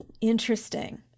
interesting